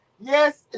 Yes